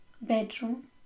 bedroom